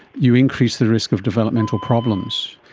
you increase the risk of developmental problems.